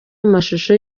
amashusho